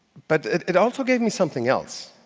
but it also gave me something else.